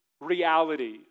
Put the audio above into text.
reality